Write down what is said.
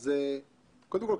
קודם כול,